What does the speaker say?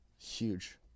Huge